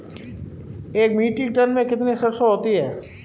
एक metric tonne में कितनी सरसों होती है?